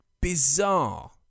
bizarre